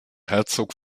herzog